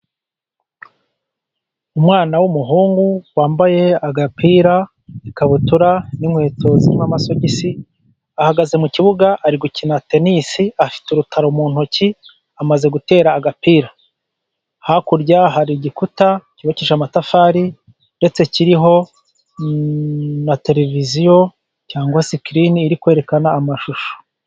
Umwana w'umuhungu wambaye agapira, ikabutura n'inkweto zirimo amasogisi, ahagaze mu kibuga ari gukina tenisi, afite urutaro mu ntoki amaze gutera agapira. Hakurya hari igikuta cyubakishije amatafari, ndetse kiriho na tereviziyo cyangwa sikirini iri kwerekana amashusho.